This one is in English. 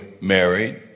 married